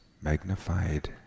magnified